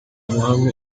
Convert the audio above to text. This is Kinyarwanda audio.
amahame